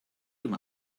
them